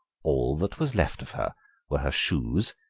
all that was left of her were her shoes,